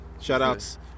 Shout-outs